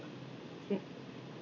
hmm